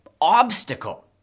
obstacle